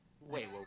Wait